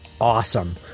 awesome